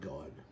God